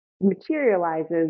materializes